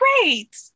great